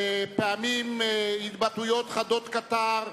פעמים התבטאויות חדות כתער,